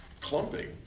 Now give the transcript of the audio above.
clumping